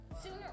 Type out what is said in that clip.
sooner